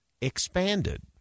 expanded